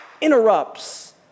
interrupts